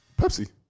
Pepsi